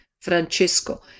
Francesco